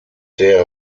der